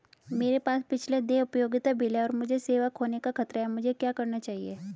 मेरे पास पिछले देय उपयोगिता बिल हैं और मुझे सेवा खोने का खतरा है मुझे क्या करना चाहिए?